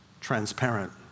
transparent